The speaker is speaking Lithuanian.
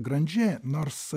granžė nors